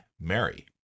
Mary